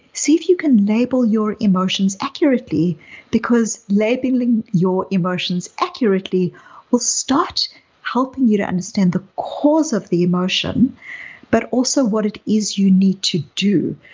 see if you can label your emotions accurately because labeling your emotions accurately will start helping you to understand the cause of the emotion but also what it is you need to bulletproof